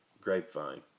grapevine